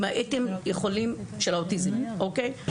אם הייתם יכולים, של האוטיזם, אוקיי?